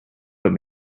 what